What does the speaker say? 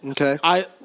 Okay